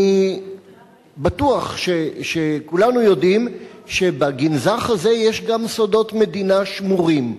אני בטוח שכולנו יודעים שבגנזך הזה יש גם סודות מדינה שמורים.